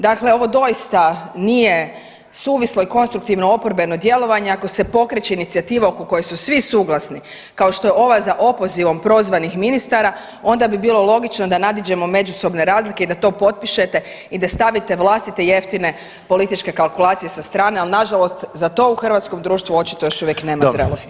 Dakle ovo doista nije suvislo i konstruktivno oporbeno djelovanje ako se pokreće inicijativa oko koje su svi suglasni, kao što je ova za opozivom prozvanih ministara, onda bi bilo logično da nadiđemo međusobne razlike i da to potpišete i da stavite vlastite jeftine političke kalkulacije sa strane, ali nažalost za to u Hrvatskom društvu očito još uvijek nema zrelosti.